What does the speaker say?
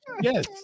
Yes